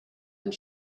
and